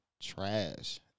trash